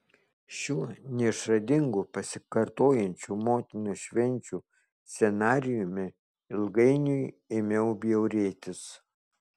šiuo neišradingu pasikartojančių motinos švenčių scenarijumi ilgainiui ėmiau bjaurėtis